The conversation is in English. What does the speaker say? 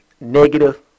negative